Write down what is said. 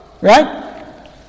Right